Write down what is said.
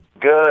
Good